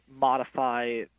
modify